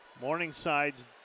Morningside's